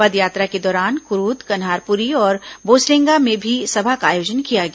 पदयात्रा के दौरान कुरूद कन्हारपुरी और भोसरेंगा में भी सभा का आयोजन किया गया